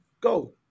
go